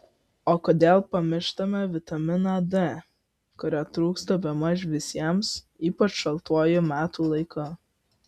o kodėl pamištame vitaminą d kurio trūksta bemaž visiems ypač šaltuoju metų laiku